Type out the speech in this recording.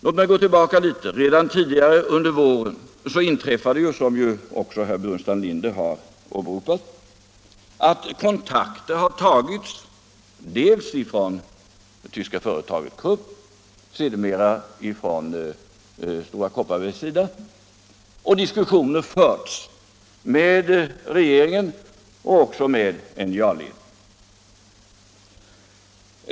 Låt mig gå litet tillbaka i tiden. Redan tidigare under våren — vilket herr Burenstam Linder också har åberopat — togs kontakter dels från det tyska företaget Krupps sida, dels sedermera från Stora Kopparbergs sida, och diskussioner har förts med regeringen och även med NJA ledningen.